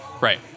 Right